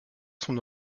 son